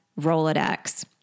Rolodex